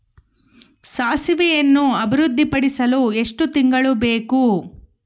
ಸಾಸಿವೆಯನ್ನು ಅಭಿವೃದ್ಧಿಪಡಿಸಲು ಎಷ್ಟು ತಿಂಗಳು ಬೇಕು?